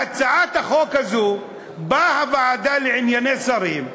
בהצעת החוק הזו באה ועדת השרים,